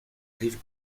rive